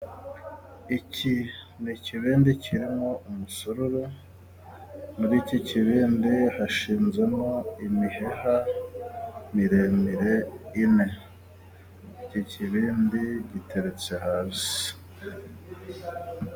Iki ni ikibindi kirimo umusururu ,muri iki kibindi hashinzemo imiheha miremire ine, iki kibindi giteretse hasi.